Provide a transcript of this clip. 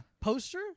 Poster